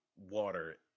water